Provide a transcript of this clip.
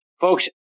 Folks